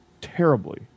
terribly